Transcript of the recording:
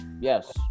Yes